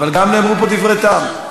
אבל גם נאמרו פה דברי טעם.